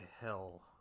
hell